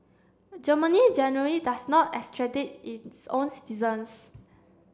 Germany generally does not its own citizens